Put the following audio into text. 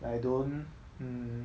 I don't um